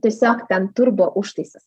tiesiog ten turbo užtaisas